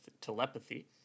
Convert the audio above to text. telepathy